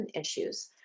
issues